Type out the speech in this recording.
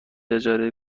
اجاره